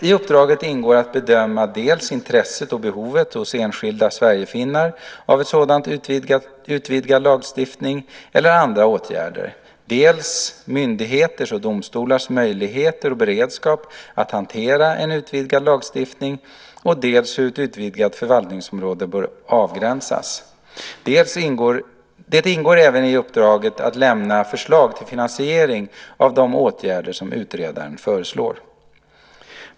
I uppdraget ingår att bedöma dels intresset och behovet hos enskilda sverigefinnar av en sådan utvidgad lagstiftning eller andra åtgärder, dels myndigheters och domstolars möjligheter och beredskap att hantera en utvidgad lagstiftning och dels hur ett utvidgat förvaltningsområde bör avgränsas. Det ingår även i uppdraget att lämna förslag till finansiering av de åtgärder som utredaren föreslår.